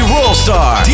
Rollstar